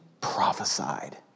prophesied